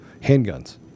handguns